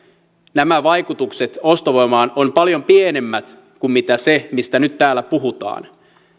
nämä vaikutukset ostovoimaan ovat paljon pienemmät kuin se mistä nyt täällä puhutaan